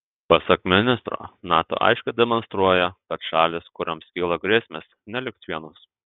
pasak ministro nato aiškiai demonstruoja kad šalys kurioms kyla grėsmės neliks vienos